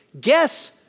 guess